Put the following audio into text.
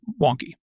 wonky